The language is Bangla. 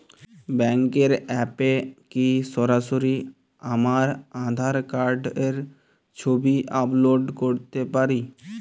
ব্যাংকের অ্যাপ এ কি সরাসরি আমার আঁধার কার্ড র ছবি আপলোড করতে পারি?